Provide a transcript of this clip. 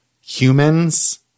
humans